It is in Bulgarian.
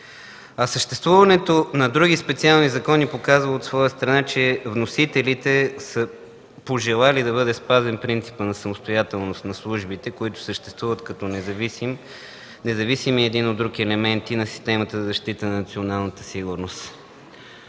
а съществуването на други специални закони показва от своя страна, че вносителите са пожелали да бъде спазен принципът на самостоятелност на службите, които съществуват като независими един от друг елементи на системата за защита на националната сигурност.